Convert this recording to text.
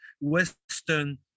western